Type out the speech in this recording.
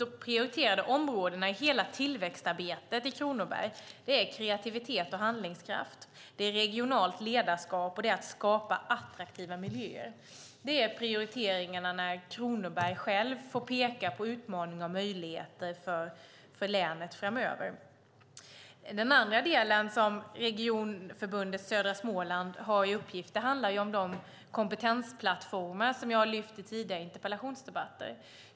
De prioriterade områdena i tillväxtarbetet i Kronoberg är kreativitet och handlingskraft, regionalt ledarskap och att skapa attraktiva miljöer. Det är prioriteringarna när Kronoberg självt får peka på utmaningar och möjligheter för länet framöver. Det andra som Regionförbundet södra Småland har i uppgift handlar om de kompetensplattformar som jag har lyft fram i tidigare interpellationsdebatter.